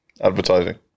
Advertising